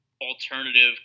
alternative